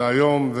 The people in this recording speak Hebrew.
זה איום,